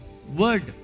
Word